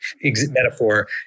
metaphor